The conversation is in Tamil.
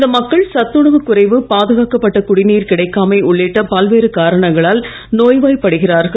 இந்த மக்கள் சத்துணவு குறைவு பாதுகாக்கப்பட்ட குடிநீர் கிடைக்காமை உள்ளிட்ட பல்வேறு காரணங்களால் நோய்வாய்படுகிறார்கள்